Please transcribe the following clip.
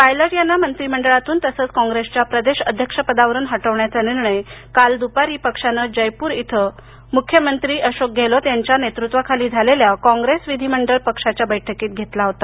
pilot यांना मंत्रिमंडळातून तसंच कॉंग्रेसच्या प्रदेश अध्यक्षपदावरून हटवण्याचा निर्णय काल दुपारी पक्षानं जयपूर इथं मुख्यमंत्री अशोक गेहलोत यांच्या नेतृत्वाखाली झालेल्या कॉग्रेस विधिमंडळ पक्षाच्या घेतला होता